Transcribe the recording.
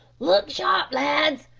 look sharp, lads,